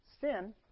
sin